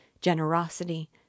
generosity